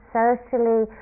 socially